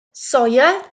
soia